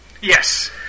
Yes